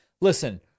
listen